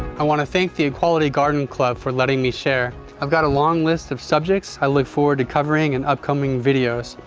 i want to thank the equality garden club for letting me share i've got a long list of subjects i look forward to covering in upcoming videos.